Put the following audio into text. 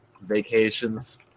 vacations